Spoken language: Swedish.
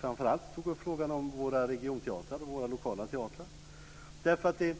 framför allt våra regionteatrar och lokala teatrar upp.